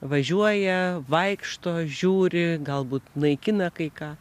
važiuoja vaikšto žiūri galbūt naikina kai ką